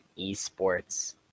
eSports